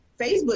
Facebook